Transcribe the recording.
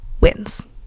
wins